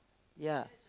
ya